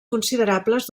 considerables